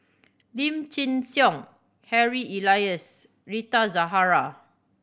Lim Chin Siong Harry Elias Rita Zahara